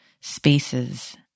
spaces